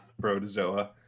protozoa